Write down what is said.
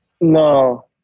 No